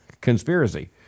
conspiracy